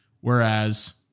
Whereas